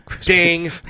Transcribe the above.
Ding